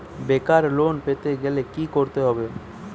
বেকার লোন পেতে গেলে কি করতে হবে?